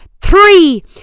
three